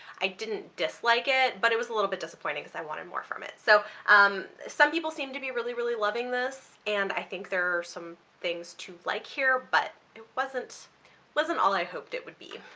i didn't dislike it, but it was a little bit disappointing because i wanted more from it. so um some people seem to be really really loving this and i think there are some things to like here but it wasn't wasn't all i hoped it would be.